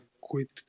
quit